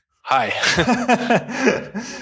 Hi